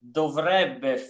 dovrebbe